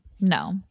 no